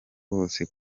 bose